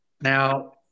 Now